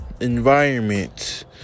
environment